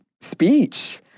speech